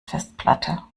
festplatte